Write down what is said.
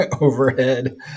overhead